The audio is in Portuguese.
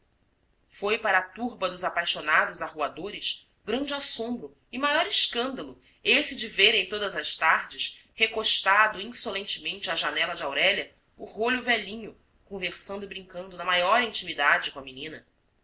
foi para a turba dos apaixonados arruadores grande assombro e maior escândalo esse de verem todas as tardes recostado insolentemente à janela de aurélia o rolho velhinho conversando e brincando na maior intimidade com a menina